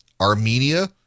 Armenia